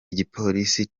igipolisi